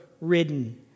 ridden